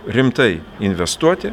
rimtai investuoti